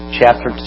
chapter